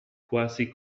quasi